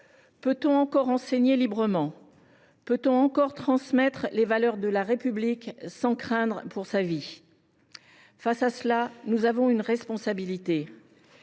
peut on encore enseigner librement ? peut on encore transmettre les valeurs de la République sans craindre pour sa vie ? Face à cette situation, nous avons une responsabilité.